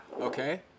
Okay